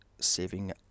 saving